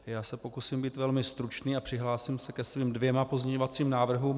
Já se pokusím být velmi stručný a přihlásím se ke svým dvěma pozměňovacím návrhům.